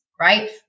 right